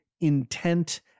intent